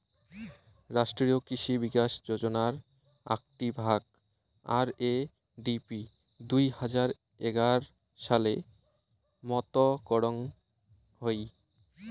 রাষ্ট্রীয় কৃষি বিকাশ যোজনার আকটি ভাগ, আর.এ.ডি.পি দুই হাজার এগার সালে মত করং হই